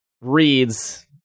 reads